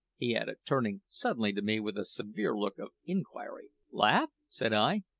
he added, turning suddenly to me with a severe look of inquiry. laugh! said i.